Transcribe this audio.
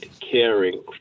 caring